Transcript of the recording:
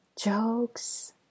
jokes